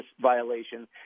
violation